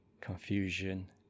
confusion